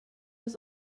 was